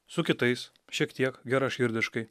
su kitais šiek tiek geraširdiškai